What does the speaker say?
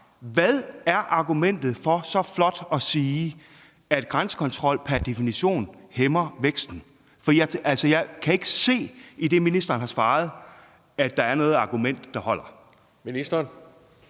Hvad er argumentet for så flot at sige, at grænsekontrol pr. definition hæmmer væksten? For jeg kan i det, ministeren har svaret, se, at der ikke er noget argument, der holder.